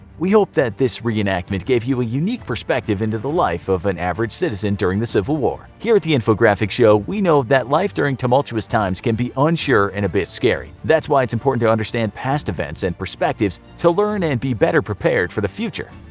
we hope that this re-enactment gave you a unique perspective into the life of an average citizen during the civil war. here at the infographics show we know that life during tumultuous times can be unsure and a bit scary. that's why it is important to understand past events, and perspectives, to learn and be better prepared for the future.